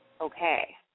okay